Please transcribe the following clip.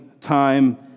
time